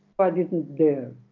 i didn't dare